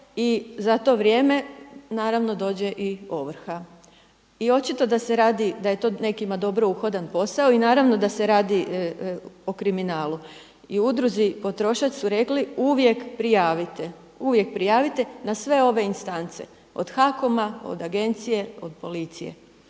za to vrijeme naravno dođe i ovrha. I očito da se radi, da je to nekima dobro uhodan posao i naravno da se radi o kriminalu. I u udruzi „Potrošač“ su rekli uvijek prijavite, uvijek prijavite na sve ove instance od HAKOM-a, od agencije, od policije.